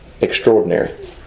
extraordinary